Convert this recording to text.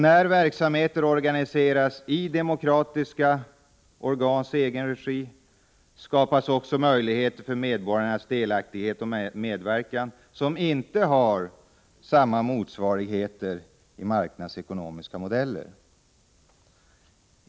När verksamheter organiseras i de demokratiska organens egen regi skapas också möjligheter för medborgarnas delaktighet och medverkan som inte har samma motsvarigheter i marknadsekonomiska modeller.